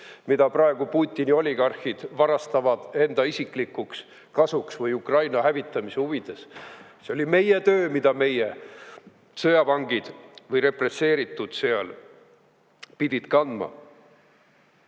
mida praegu Putini oligarhid varastavad enda isiklikuks kasuks või Ukraina hävitamise huvides. See oli töö, mida meie sõjavangid või represseeritud seal pidid [tegema].